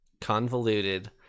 Convoluted